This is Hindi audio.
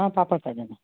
हाँ पापड़ तल देना